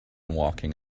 walking